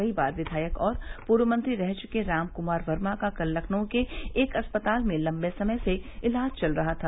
कई बार विधायक और पूर्व मंत्री रह चुके राम कुमार वर्मा का लखनऊ के एक अस्पताल में लम्बे समय से इलाज चल रहा था